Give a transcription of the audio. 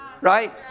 Right